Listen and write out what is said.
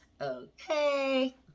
Okay